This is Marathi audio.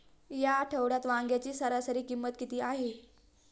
या आठवड्यात वांग्याची सरासरी किंमत किती आहे?